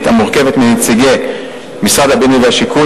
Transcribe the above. המורכבת מנציגי משרד הבינוי והשיכון,